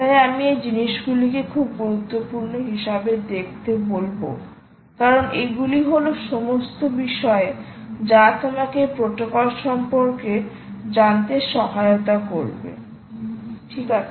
তাই আমি এই জিনিসগুলিকে খুব গুরুত্বপূর্ণ হিসাবে দেখতে বলব কারণ এগুলি হল সমস্ত বিষয় যা তোমাকে প্রোটোকল সম্পর্কে জানতে সহায়তা করবে ঠিক আছে